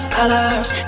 colors